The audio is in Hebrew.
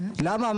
למה?